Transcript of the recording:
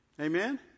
Amen